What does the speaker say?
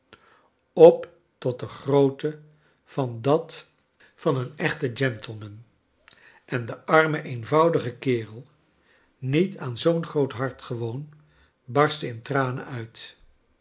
op tot de grootte van dat van een echten gentleman en de arine eenvoudige kerel niet aan zoo'n groot hart gewoon barstte in tranen uit